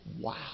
Wow